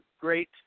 great